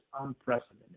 unprecedented